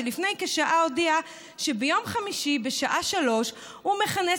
שלפני כשעה הודיע שביום חמישי בשעה 15:00 הוא מכנס